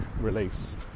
release